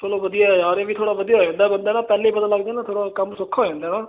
ਚਲੋ ਵਧੀਆ ਯਾਰ ਇਹ ਵੀ ਥੋੜ੍ਹਾ ਵਧੀਆ ਹੋ ਜਾਂਦਾ ਬੰਦਾ ਨਾ ਪਹਿਲੇ ਹੀ ਪਤਾ ਲੱਗ ਜੇ ਨਾ ਥੋੜ੍ਹਾ ਕੰਮ ਸੌਖਾ ਹੋ ਜਾਂਦਾ ਨਾ ਹੈ ਨਾ